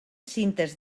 cintes